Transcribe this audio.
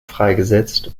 freigesetzt